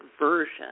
version